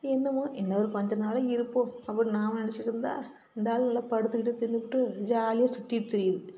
என்னமோ இன்னும் ஒரு கொஞ்சம் நாளைக்கு இருப்போம் அப்படினு நாம் நினைச்சிக்கிட்ருந்தா இந்தாள் நல்லா படுத்துக்கிட்டு தின்றுப்புட்டு ஜாலியாக சுற்றிட்டு திரியிது